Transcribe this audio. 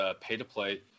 pay-to-play